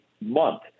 month